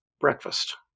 breakfast